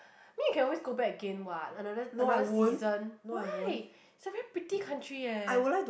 mean you can always go back again what another another season why it's a very pretty country leh